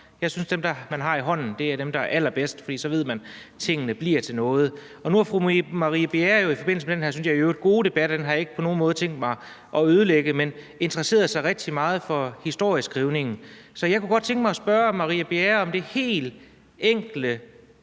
Jeg synes, at dem, man har i hånden, er dem, der er allerbedst, for så ved man, at tingene bliver til noget. Og nu har fru Marie Bjerre jo i forbindelse med den her, synes jeg, i øvrigt gode debat – og den har jeg ikke på nogen måde tænkt mig at ødelægge – interesseret sig rigtig meget for historieskrivningen. Så jeg kunne godt tænke mig at stille fru Marie Bjerre det helt enkle,